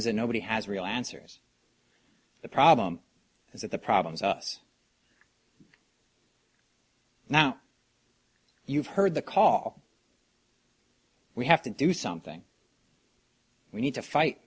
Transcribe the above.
is that nobody has real answers the problem is that the problem is us now you've heard the call we have to do something we need to fight